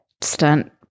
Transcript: stunt